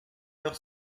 heure